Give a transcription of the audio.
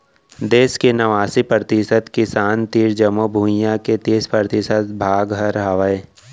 देस के नवासी परतिसत किसान तीर जमो भुइयां के तीस परतिसत भाग हर हावय